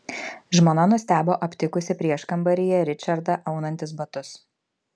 žmona nustebo aptikusi prieškambaryje ričardą aunantis batus